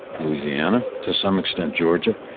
louisiana, to some extent georgia.